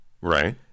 Right